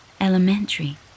elementary